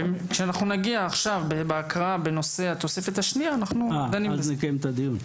כשנגיע בהקראה לנושא התוספת השנייה נקיים את הדיון.